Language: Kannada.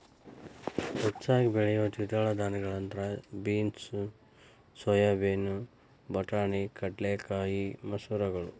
ಹೆಚ್ಚಾಗಿ ಬೆಳಿಯೋ ದ್ವಿದಳ ಧಾನ್ಯಗಳಂದ್ರ ಬೇನ್ಸ್, ಸೋಯಾಬೇನ್, ಬಟಾಣಿ, ಕಡಲೆಕಾಯಿ, ಮಸೂರಗಳು